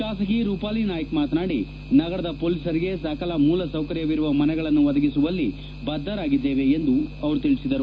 ಶಾಸಕಿ ರೂಪಾಲಿ ನಾಯ್ಕ ಮಾತನಾಡಿ ನಗರದ ಪೋಲೀಸರಿಗೆ ಸಕಲ ಮೂಲ ಸೌಕರ್ಯವಿರುವ ಮನೆಗಳನ್ನು ಒದಗಿಸುವಲ್ಲಿ ಬದ್ದರಾಗಿದ್ದೇವೆ ಎಂದು ಅವರು ತಿಳಿಸಿದರು